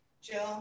Jill